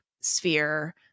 sphere